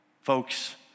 Folks